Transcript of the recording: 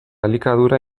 elikadura